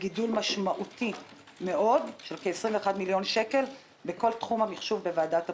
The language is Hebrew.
גידול משמעותי של כ-21 מיליון שקל בכל תחום המחשוב בוועדת הבחירות,